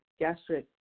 gastric